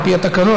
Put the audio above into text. על פי התקנון,